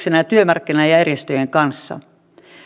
hallituksen ja työmarkkinajärjestöjen kanssa